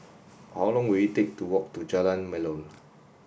how long will it take to walk to Jalan Melor